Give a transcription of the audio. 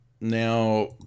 Now